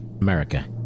America